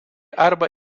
arba